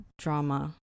drama